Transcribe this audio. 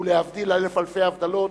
ולהבדיל אלף אלפי הבדלות,